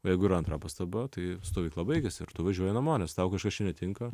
jeigu yra antra pastaba tai stovykla baigiasi ir tu važiuoji namo nes tau kažkas čia netinka